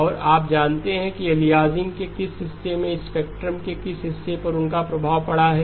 और आप जानते हैं कि अलियासिंग के किस हिस्से में स्पेक्ट्रम के किस हिस्से पर उनका प्रभाव पड़ा है